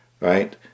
right